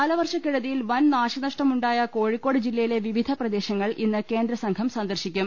കാലവർഷ കെടുതിയിൽ വൻ നാശനഷ്ടമുണ്ടായ കോഴിക്കോട് ജില്ലയിലെ വിവിധ പ്രദേശങ്ങൾ ഇന്ന് കേന്ദ്ര സംഘം സന്ദർശിക്കും